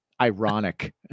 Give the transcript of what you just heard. ironic